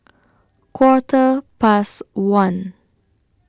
Quarter Past one